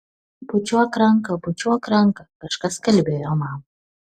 bučiuok ranką bučiuok ranką kažkas kalbėjo man